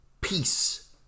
peace